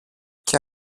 και